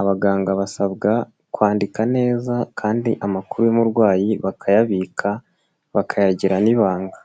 Abaganga basabwa kwandika neza kandi amakuru y'umurwayi bakayabika bakayagira n'ibanga.